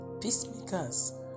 Peacemakers